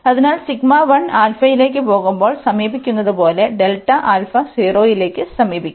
അതിനാൽ ലേക്ക് പോകുമ്പോൾ സമീപിക്കുന്നത് പോലെ 0 ലേക്ക് സമീപിക്കും